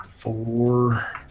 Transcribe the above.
Four